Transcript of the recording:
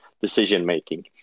decision-making